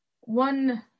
One